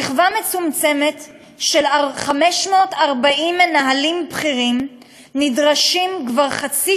שכבה מצומצמת של 540 מנהלים בכירים נדרשים כבר חצי